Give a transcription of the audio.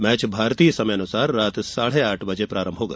match भारतीय समयानुसार रात साढ़े आठ बजे शुरू होगा